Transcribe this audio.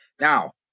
Now